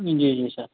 जी जी सर